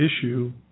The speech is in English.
issue